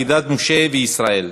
כדת משה וישראל,